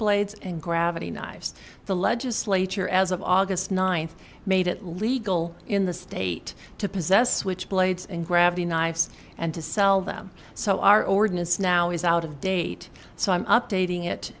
blades and gravity knives the legislature as of august ninth made it legal in the state to possess switchblades and grab the knives and to sell them so our ordinance now is out of date so i'm updating it